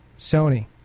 Sony